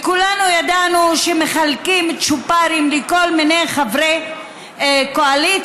כולנו ידענו שמחלקים צ'ופרים לכל מיני חברי קואליציה,